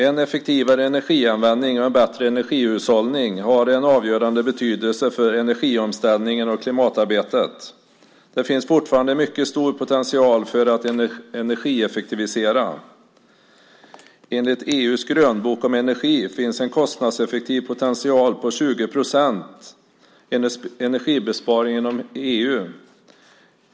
En effektivare energianvändning och en bättre energihushållning har en avgörande betydelse för energiomställningen och klimatarbetet. Det finns fortfarande en mycket stor potential för att energieffektivisera. Enligt EU:s grönbok om energi finns en kostnadseffektiv potential på 20 procent energibesparing inom EU.